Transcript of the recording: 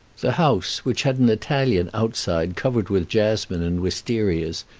the house, which had an italian outside covered with jasmine and wistarias,